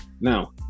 now